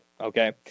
Okay